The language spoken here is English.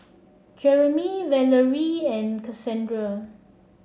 Jeromy Valeria and Casandra